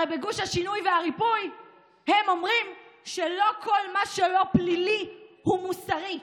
הרי בגוש השינוי והריפוי הם אומרים שלא כל מה שלא פלילי הוא מוסרי,